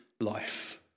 life